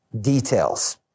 details